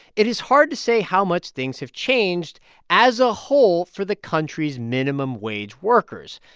it is hard to say how much things have changed as a whole for the country's minimum wage workers.